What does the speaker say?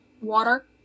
water